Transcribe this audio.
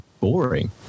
boring